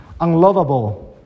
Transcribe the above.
unlovable